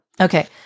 okay